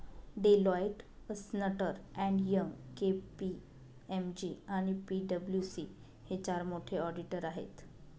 Deloitte, अस्न्टर and Young, KPMG आणि PWC हे चार मोठे ऑडिटर आहेत